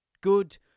Good